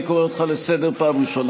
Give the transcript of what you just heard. אני קורא אותך לסדר פעם ראשונה.